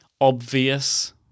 obvious